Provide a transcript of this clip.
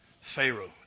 Pharaoh